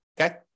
okay